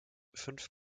fünf